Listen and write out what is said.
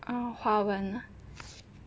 uh 华文 ah